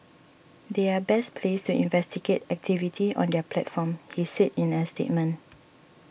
they are best placed to investigate activity on their platform he said in a statement